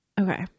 Okay